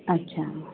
अच्छा